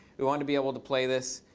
we want to be able to play this.